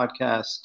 podcast